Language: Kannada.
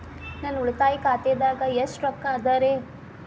ನನ್ನ ಉಳಿತಾಯ ಖಾತಾದಾಗ ಎಷ್ಟ ರೊಕ್ಕ ಅದ ರೇ?